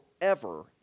forever